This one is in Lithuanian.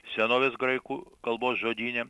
senovės graikų kalbos žodyne